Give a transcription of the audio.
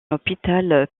hôpital